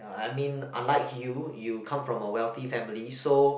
ah I mean unlike you you come from a wealthy family so